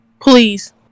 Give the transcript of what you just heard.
Please